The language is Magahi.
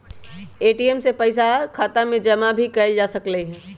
ए.टी.एम से पइसा खाता में जमा भी कएल जा सकलई ह